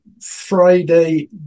Friday